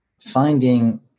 finding